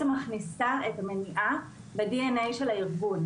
מכניסה את המניעה ל-DNA של הארגון.